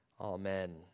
Amen